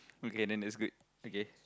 okay then that's good okay